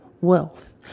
wealth